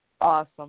Awesome